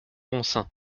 ronsin